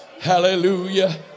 Hallelujah